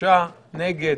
3 נגד,